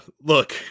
Look